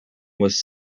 was